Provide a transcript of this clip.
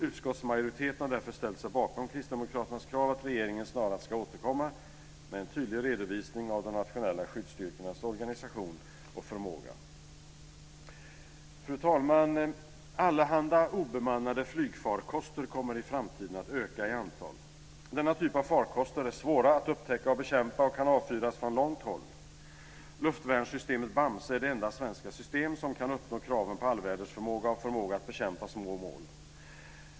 Utskottsmajoriteten har därför ställt sig bakom kristdemokraternas krav att regeringen snarast ska återkomma med en tydlig redovisning av de nationella skyddsstyrkornas organisation och förmåga. Fru talman! Allehanda obemannade flygfarkoster kommer i framtiden att öka i antal. Denna typ var farkoster är svåra att upptäcka och bekämpa och kan avfyras från långt håll. Luftvärnssystemet Bamse är det enda svenska system som kan uppnå kraven på allvädersförmåga och förmåga att bekämpa små mål.